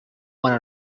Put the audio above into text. one